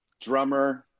drummer